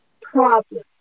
problem